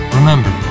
Remember